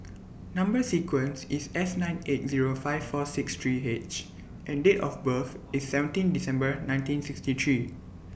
Number sequence IS S nine eight Zero five four six three H and Date of birth IS seventeen December nineteen sixty three